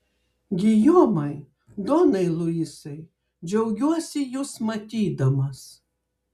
gijomai donai luisai džiaugiuosi jus matydamas